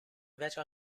invece